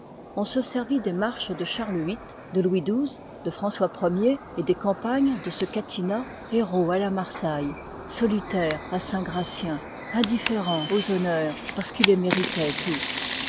on se servit des marches de charles viii de louis xii de françois i et des campagnes de ce catinat héros à la marsaille solitaire à saint gratien indifférent aux honneurs parce qu'il les méritoit tous